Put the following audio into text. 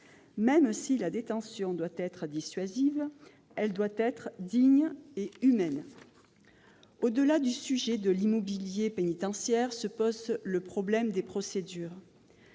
Même si la détention doit être dissuasive, elle doit être digne et humaine. Au-delà du sujet de l'immobilier pénitentiaire se pose le problème des procédures.